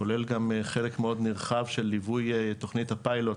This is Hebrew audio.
הוא כולל גם חלק מאוד נרחב של ליווי תכנית הפיילוט